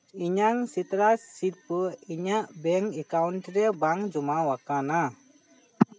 ᱤᱧᱟᱹᱜ ᱥᱤᱛᱟᱹᱨᱟᱥ ᱥᱤᱨᱯᱟᱹ ᱤᱧᱟᱹᱜ ᱵᱮᱝᱠ ᱮᱠᱟᱣᱩᱱᱴ ᱨᱮ ᱵᱟᱝ ᱡᱚᱢᱟᱣᱟᱠᱟᱱᱟ